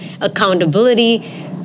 accountability